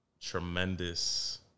tremendous